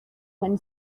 when